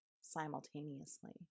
simultaneously